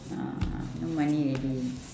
ah no money already